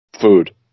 Food